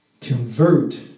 Convert